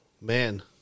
Man